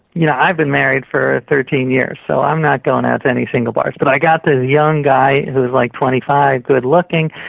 you know i've been married for thirteen years so i'm not going out to any single bars, but i got this young guy who's like twenty five, good looking,